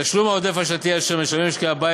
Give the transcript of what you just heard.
תשלום העודף השנתי אשר משלמים משקי הבית